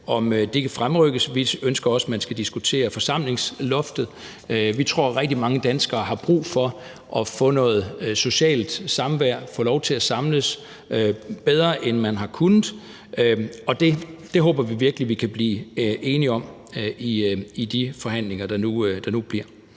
18 år, kan fremrykkes. Vi ønsker også, at man skal diskutere forsamlingsloftet. Vi tror, at rigtig mange danskere har brug for at få noget socialt samvær, få lov til at samles mere, end man har kunnet, og det håber vi virkelig vi kan blive enige om i de forhandlinger, der nu bliver.